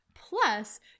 Plus